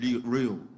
real